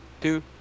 two